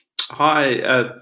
Hi